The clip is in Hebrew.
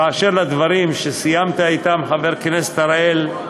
באשר לדברים שסיימת אתם, חבר הכנסת אראל,